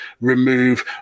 remove